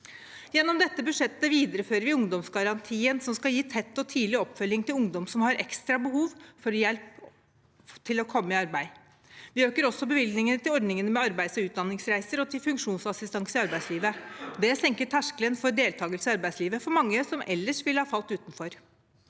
Gjennom dette budsjettet viderefører vi ungdomsgarantien, som skal gi tett og tidlig oppfølging til ungdom som har ekstra behov for hjelp til å komme i arbeid. Vi øker også bevilgningene til ordningene med arbeids- og utdanningsreiser og til funksjonsassistanse i arbeidslivet. Det senker terskelen for deltakelse i arbeidslivet for mange som ellers ville falt utenfor.